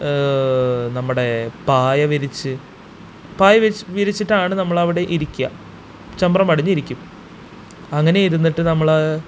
നമ്മുടെ പായവിരിച്ച് പായ വിരിച്ചിട്ടാണ് നമ്മളവിടെ ഇരിക്കുക ചമ്രം പടിഞ്ഞിരിക്കും അങ്ങനെ ഇരുന്നിട്ട് നമ്മള്